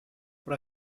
por